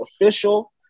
Official